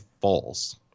false